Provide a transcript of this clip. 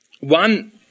One